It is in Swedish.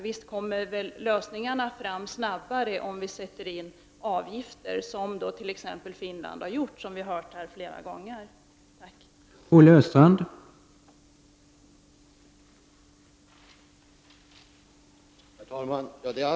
Visst kommer vi snabbare fram till lösningar om vi sätter in avgifter som man t.ex. gjort i Finland, vilket vi hört flera gånger här i dag.